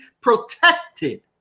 protected